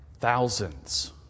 Thousands